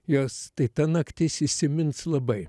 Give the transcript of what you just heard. jos tai ta naktis įsimins labai